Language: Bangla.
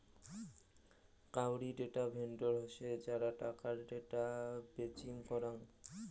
কাউরী ডেটা ভেন্ডর হসে যারা টাকার ডেটা বেচিম করাং